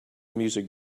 music